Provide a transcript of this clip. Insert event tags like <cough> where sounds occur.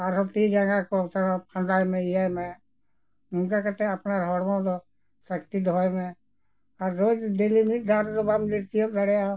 ᱟᱨᱦᱚᱸ ᱛᱤ ᱡᱟᱸᱜᱟ ᱠᱚ <unintelligible> ᱯᱷᱟᱸᱫᱟᱭ ᱢᱮ ᱤᱭᱟᱹᱭ ᱢᱮ ᱱᱚᱝᱠᱟ ᱠᱟᱛᱮ ᱟᱯᱱᱟᱨ ᱦᱚᱲᱢᱚ ᱫᱚ ᱥᱠᱛᱤ ᱫᱚᱦᱚᱭ ᱢᱮ ᱟᱨ ᱨᱳᱡᱽ ᱰᱮᱞᱤ ᱢᱤᱫ ᱫᱷᱟᱣ ᱨᱮᱫᱚ ᱵᱟᱢ ᱫᱟᱹᱲ ᱛᱤᱭᱳᱜ ᱫᱟᱲᱮᱭᱟᱜᱼᱟ